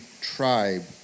tribe